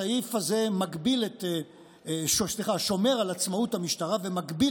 הסעיף הזה שומר על עצמאות המשטרה ומגביל